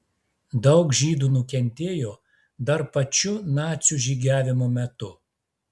daug žydų nukentėjo dar pačiu nacių žygiavimo metu